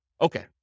Okay